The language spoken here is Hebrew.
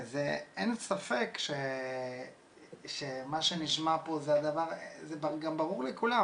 אין ספק שמה שנשמע פה זה גם ברור לכולם.